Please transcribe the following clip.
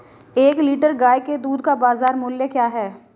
एक लीटर गाय के दूध का बाज़ार मूल्य क्या है?